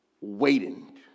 Waiting